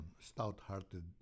stout-hearted